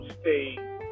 stay